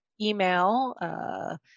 email